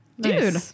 Dude